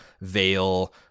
veil